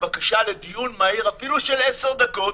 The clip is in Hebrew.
לבקשה לדיון מהיר אפילו של 10 דקות,